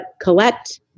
collect